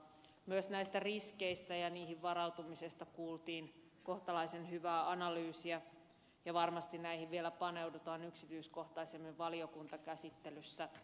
myös näistä riskeistä ja niihin varautumisesta kuultiin kohtalaisen hyvää analyysiä ja varmasti näihin vielä paneudutaan yksityiskohtaisemmin valiokuntakäsittelyssä